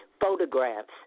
photographs